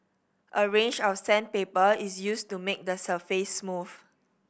a range of sandpaper is used to make the surface smooth